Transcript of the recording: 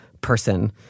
person